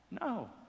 No